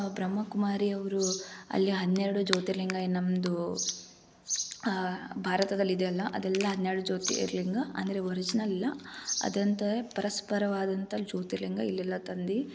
ಬ್ರಹ್ಮ ಕುಮಾರಿ ಅವರೂ ಅಲ್ಲಿ ಹನ್ನೆರಡು ಜ್ಯೋತಿರ್ಲಿಂಗ ಏನು ನಮ್ಮದು ಭಾರತದಲ್ ಇದೆಯಲ್ಲ ಅದೆಲ್ಲ ಹನ್ನೆರಡು ಜ್ಯೋತಿರ್ಲಿಂಗ ಅಂದರೆ ವರ್ಜಿನಲಲ್ಲ ಅದಂತೆ ಪರಸ್ಪರವಾದಂಥ ಜ್ಯೋತಿರ್ಲಿಂಗ ಇಲ್ಲೆಲ್ಲ ತಂದು